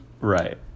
Right